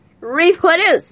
Reproduce